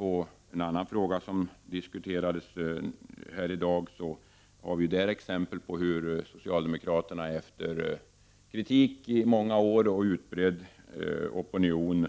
I en annan fråga som diskuterats här i dag kan vi se att socialdemokraterna efter kritik i många år och utbredd opinion